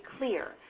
clear